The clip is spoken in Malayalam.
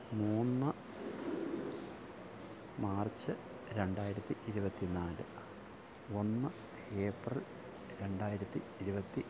മൂന്ന് മാര്ച്ച് രണ്ടായിരത്തി ഇരുപത്തി നാല് ഒന്ന് ഏപ്രില് രണ്ടായിരത്തി ഇരുപത്തി നാല്